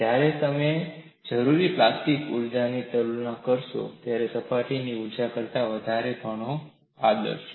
જ્યારે તમે જરૂરી પ્લાસ્ટિક ઊર્જાની તુલના કરો છો ત્યારે તે સપાટીની ઊર્જા કરતા ઘણા ઓર્ડર છે